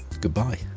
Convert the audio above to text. goodbye